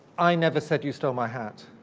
i never said you stole my hat,